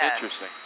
Interesting